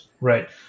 right